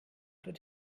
did